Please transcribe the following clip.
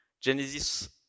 Genesis